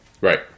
Right